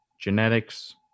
genetics